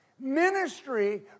Ministry